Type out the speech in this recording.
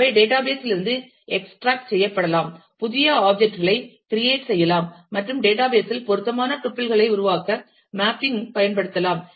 அவை டேட்டாபேஸ் லிருந்து எக்ஸ்ட்ராக்ட் செய்யப்படலாம் புதிய ஆப்ஜெக்ட் களை கிரியேட் செய்யலாம் மற்றும் டேட்டாபேஸ் இல் பொருத்தமான டுபில் களை உருவாக்க மேப்பிங் பயன்படுத்தலாம்